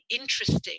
interesting